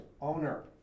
owner